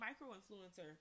micro-influencer